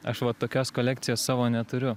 aš va tokios kolekcijos savo neturiu